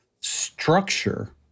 structure